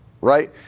right